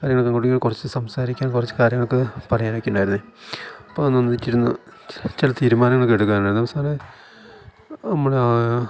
കാര്യങ്ങളൊക്കെ കൂടി കൊറച്ച് സംസാരിക്കാൻ കൊറച്ച് കാര്യങ്ങളൊക്കെ പറയാനൊക്കെയിണ്ടാര്ന്നെ അപ്പൊ അതൊന്ന് ഒന്നിച്ചിരുന്നു ചെല തീരുമാനങ്ങളൊക്കെ എടുക്കാനുണ്ടായിരുന്നു അപ്പൊ സാറെ നമ്മള് ആ